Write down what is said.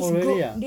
oh really ah